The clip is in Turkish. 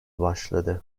başladı